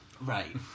Right